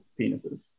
penises